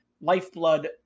lifeblood